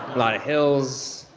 lot of hills,